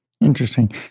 Interesting